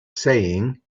saying